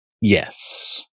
Yes